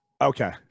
okay